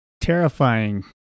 terrifying